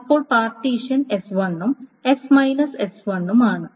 അപ്പോൾ partition S1 ഉം ഉം ആണ്